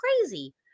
crazy